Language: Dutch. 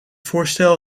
voorstel